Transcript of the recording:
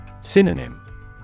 Synonym